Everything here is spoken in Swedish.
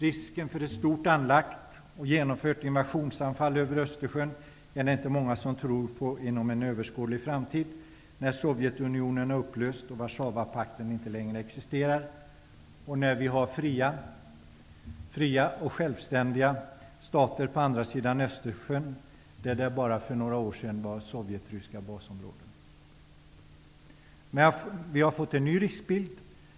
Risken för ett stort anlagt och genomfört invasionsanfall över Östersjön är det inte många som tror på inom en överskådlig framtid när nu Sovjetunionen är upplöst och Warszawapakten inte längre existerar och när vi har fria och självständiga stater på andra sidan Östersjön, där det för bara några år sedan var sovjetryska basområden. Men vi har fått en ny riskbild.